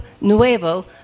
Nuevo